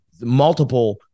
multiple